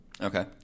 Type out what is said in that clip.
Okay